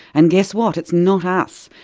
and guess what? it's not us,